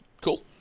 cool